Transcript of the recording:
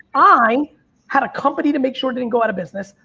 i had a company to make sure it didn't go out of business.